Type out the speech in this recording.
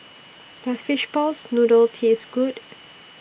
Does Fishball Noodle Taste Good